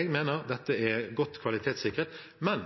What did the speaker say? jeg mener at dette er godt kvalitetssikret. Men: